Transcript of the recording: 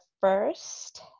first